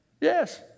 yes